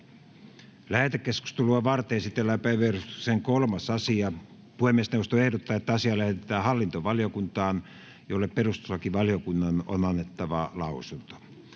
Lähetekeskustelua varten esitellään päiväjärjestyksen 3. asia. Puhemiesneuvosto ehdottaa, että asia lähetetään hallintovaliokuntaan, jolle perustuslakivaliokunnan on annettava lausunto.